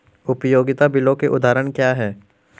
उपयोगिता बिलों के उदाहरण क्या हैं?